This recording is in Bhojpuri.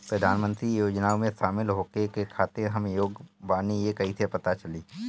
प्रधान मंत्री योजनओं में शामिल होखे के खातिर हम योग्य बानी ई कईसे पता चली?